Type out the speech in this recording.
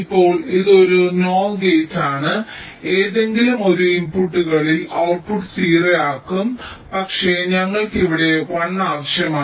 ഇപ്പോൾ ഇത് ഒരു NOR ഗേറ്റ് ആണ് ഏതെങ്കിലും 1 ഇൻപുട്ടുകളിൽ ഔട്ട്പുട്ട് 0 ആക്കും പക്ഷേ ഞങ്ങൾക്ക് ഇവിടെ 1 ആവശ്യമാണ്